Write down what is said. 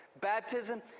Baptism